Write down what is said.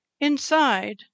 Inside